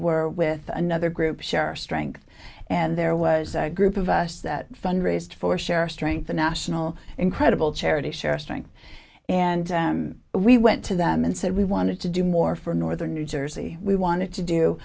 were with another group share our strength and there was a group of us that fund raised for share strength the national incredible charity share strength and we went to them and said we wanted to do more for northern new jersey we wanted to do